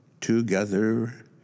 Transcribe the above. together